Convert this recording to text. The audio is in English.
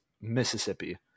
Mississippi